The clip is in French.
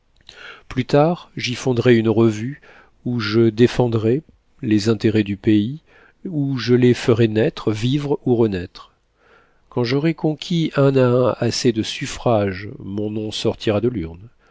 plus tard j'y fonderai une revue où je défendrai les intérêts du pays où je les ferai naître vivre ou renaître quand j'aurai conquis un à un assez de suffrages mon nom sortira de l'urne